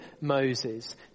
Moses